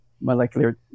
molecular